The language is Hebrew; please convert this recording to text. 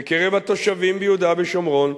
בקרב התושבים ביהודה ושומרון,